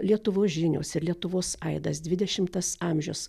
lietuvos žinios ir lietuvos aidas dvidešimtas amžius